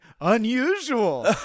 unusual